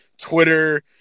Twitter